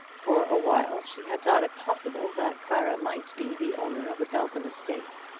for awhile she had thought it possible that clara might be the owner of the belton estate,